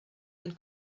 and